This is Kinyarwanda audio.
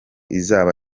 izaba